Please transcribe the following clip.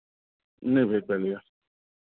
नहि भेटल यए